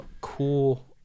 cool